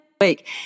week